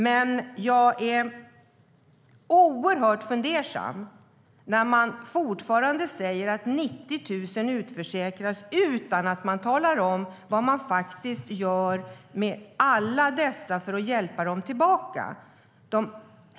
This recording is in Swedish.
Men jag blir oerhört fundersam när man fortfarande säger att 90 000 utförsäkras - utan att tala om vad man gör med alla dessa människor för att hjälpa dem tillbaka.